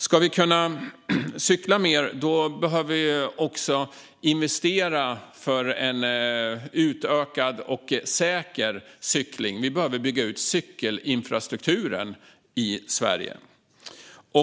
Om vi ska kunna cykla mer behöver vi också investera för en utökad och säker cykling. Vi behöver bygga ut cykelinfrastrukturen i Sverige.